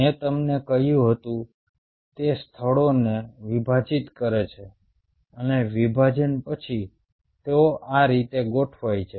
મેં તમને કહ્યું હતું તે સ્થળોને વિભાજિત કરે છે અને વિભાજન પછી તેઓ આ રીતે ગોઠવાય છે